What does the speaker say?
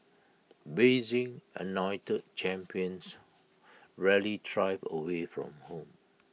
Beijing anointed champions rarely thrive away from home